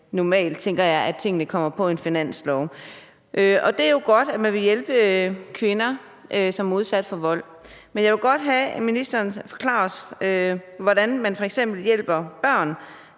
normalt, tænker jeg, at tingene kommer på en finanslov. Det er jo godt, at man vil hjælpe kvinder, som er udsat for vold, men jeg vil godt have, at ministeren forklarer os, hvordan man f.eks. hjælper børn,